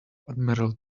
admiral